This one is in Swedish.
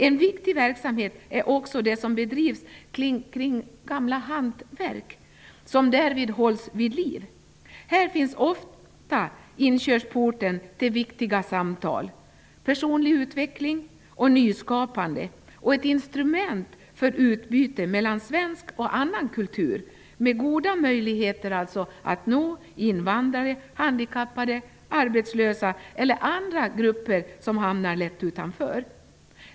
En viktig verksamhet är också det som bedrivs kring gamla hantverk, som därmed hålls vid liv. Här finns ofta inkörsporten till viktiga samtal, personlig utveckling och nyskapande. Denna verksamhet är ett instrument för utbyte mellan svensk och annan kultur, med goda möjligheter att nå invandrare, handikappade, arbetslösa eller andra grupper som lätt hamnar utanför.